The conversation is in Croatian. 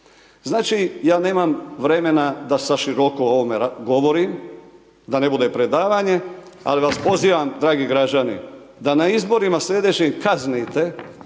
Znači, ja nemam vremena da sa široko o ovome govorim, da ne bude predavanje, ali vas pozivam dragi građani da na izborima slijedeće kaznite